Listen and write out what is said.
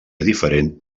diferent